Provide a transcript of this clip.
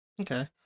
okay